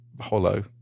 hollow